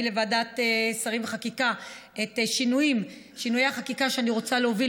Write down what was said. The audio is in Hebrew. לוועדת שרים לחקיקה את שינויי החקיקה שאני רוצה להוביל